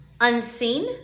unseen